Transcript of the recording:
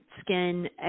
skin